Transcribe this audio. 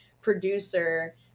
producer